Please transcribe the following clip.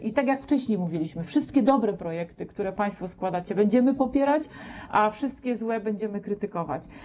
I tak jak wcześniej mówiliśmy, wszystkie dobre projekty, które państwo składacie, będziemy popierać, a wszystkie złe będziemy krytykować.